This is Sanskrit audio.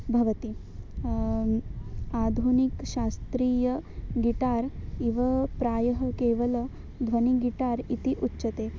भवति आधुनिकशास्त्रीयगिटार् इव प्रायः केवलं ध्वनिगिटार् इति उच्यते